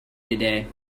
today